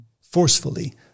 forcefully